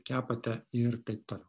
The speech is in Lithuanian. kepate ir taip toliau